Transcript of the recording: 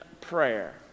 prayer